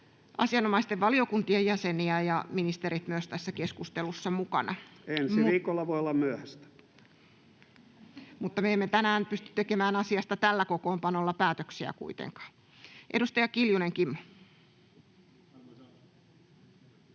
asianomaisten valiokuntien jäseniä ja myös ministerit tässä keskustelussa mukana. [Ben Zyskowicz: Ensi viikolla voi olla myöhäistä!] — Mutta me emme tänään pysty tekemään asiasta tällä kokoonpanolla päätöksiä kuitenkaan. — Edustaja Kiljunen, Kimmo. Arvoisa